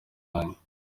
yanjye